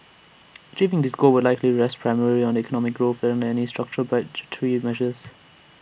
achieving this goal will likely rest primarily on economic growth than any structural budgetary measures